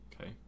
Okay